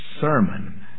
sermon